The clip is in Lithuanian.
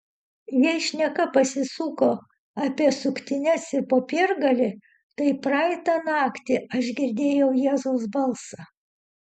jei šneka pasisuko apie suktines ir popiergalį tai praeitą naktį aš girdėjau jėzaus balsą